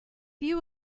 view